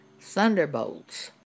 thunderbolts